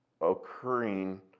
occurring